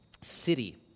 city